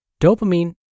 Dopamine